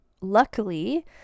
luckily